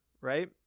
right